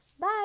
bye